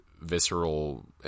visceral